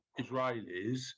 Israelis